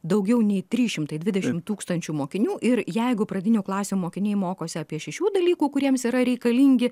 daugiau nei trys šimtai dvidešimt tūkstančių mokinių ir jeigu pradinių klasių mokiniai mokosi apie šešių dalykų kuriems yra reikalingi